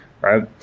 right